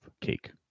cake